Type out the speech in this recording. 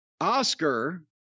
Oscar